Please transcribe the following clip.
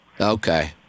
Okay